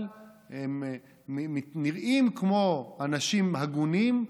הם נראים כמו אנשים הגונים,